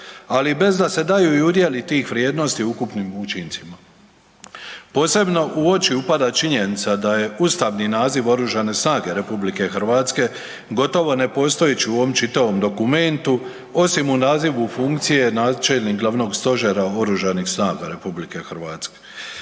ali bez da se daju i udjeli tih vrijednosti u ukupnim učincima. Posebno u oči upada činjenica da je ustavni naziv Oružane snage RH gotovo nepostojeći u ovom čitavom dokumentu osim u nazivu funkcije načelnik glavnog stožera Oružanih snaga RH iako Zakon